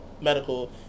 medical